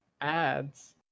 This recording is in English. ads